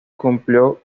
cumplió